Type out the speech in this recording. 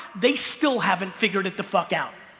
they still haven't figured it the fuck out.